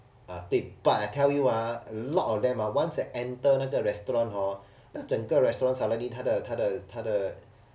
啊对 but I tell you a lot of them ah once they enter the restaurant hor 那整个 restaurant suddenly 他的他的他的